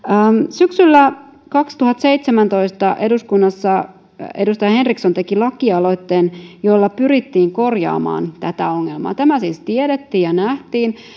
syksyllä kaksituhattaseitsemäntoista eduskunnassa edustaja henriksson teki lakialoitteen jolla pyrittiin korjaamaan tätä ongelmaa tämä siis tiedettiin ja nähtiin